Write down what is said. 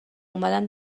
اومدم